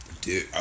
Dude